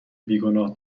بیگناه